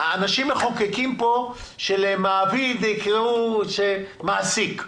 אנשים מחוקקים פה שלמעביד יקראו מעסיק,